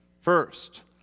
First